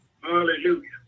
Hallelujah